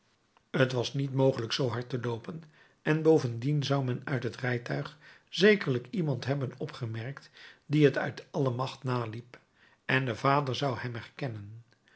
t was niet mogelijk zoo hard te loopen en bovendien zou men uit het rijtuig zekerlijk iemand hebben opgemerkt die het uit alle macht naliep en de vader zou hem herkennen